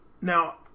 Now